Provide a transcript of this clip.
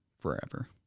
forever